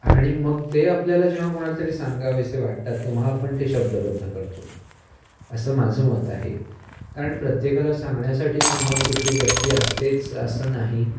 आणि मग ते आपल्याला जेव्हा कोणाला तरी सांगावेसे वाटतात तेव्हा आपण ते शब्दबद्ध करतो असं माझं मत आहे कारण प्रत्येकाला सांगण्यासाठी समोर कुठली व्यक्ती असतेच असं नाही